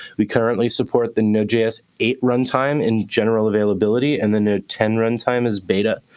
we currently support the node js eight runtime in general availability. and then the ten runtime is beta.